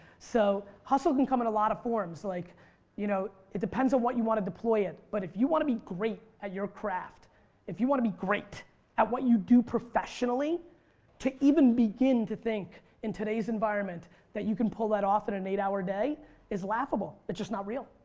so hustle can come in a lot of forms. like you know it depends on what you want to deploy it. but if you want to be great at your craft if you want to be great at what you do professionally to even begin to think in today's environment that you can pull that off an and eight hour day is laughable. it is just not real.